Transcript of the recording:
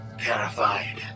terrified